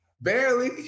Barely